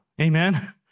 Amen